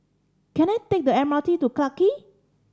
can I take the M R T to Clarke Quay